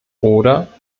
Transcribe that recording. oder